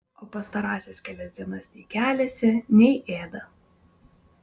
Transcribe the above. o pastarąsias kelias dienas nei keliasi nei ėda